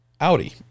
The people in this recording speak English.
Audi